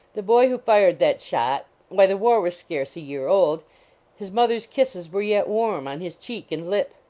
the boy who fired that shot why, the war was scarce a year old his mother s kisses were yet warm on his cheek and lip.